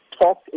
talk